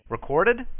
Recorded